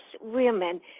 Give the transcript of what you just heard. women